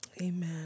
amen